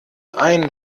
ein